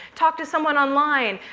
talk to someone online,